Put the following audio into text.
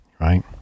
right